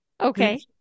Okay